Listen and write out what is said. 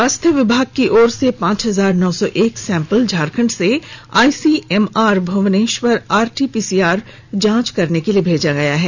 स्वास्थ्य विभाग की ओर से पांच हजार नौ सौ एक सेंपल झारखंड से आईसीएमआर भुवनेश्वर आरटी पीसीआर जांच करने के लिए भेजा गया है